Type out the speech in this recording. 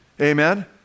Amen